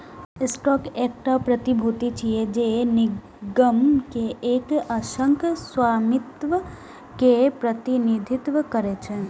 stock एकटा प्रतिभूति छियै, जे निगम के एक अंशक स्वामित्व के प्रतिनिधित्व करै छै